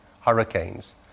hurricanes